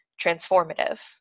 transformative